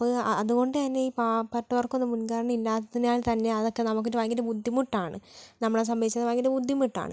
അപ്പം അതുകൊണ്ട് തന്നെ ഈ പാവപ്പെട്ടവർക്കൊന്നും മുൻഗണയില്ലാത്തതിനാൽ തന്നെ അതൊക്കെ നമുക്കിട്ട് ഭയങ്കര ബുട്ടിമുട്ടാണ് നമ്മളെ സംബന്ധിച്ച് അത് ഭയങ്കര ബുദ്ധിമുട്ടാണ്